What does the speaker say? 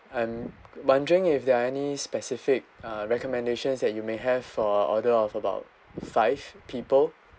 I'm wondering if there are any specific uh recommendations that you may have for order of about five people